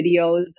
videos